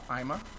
Ima